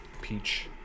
peach